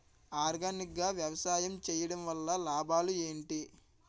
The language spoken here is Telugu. ఆర్గానిక్ గా వ్యవసాయం చేయడం వల్ల లాభాలు ఏంటి?